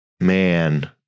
man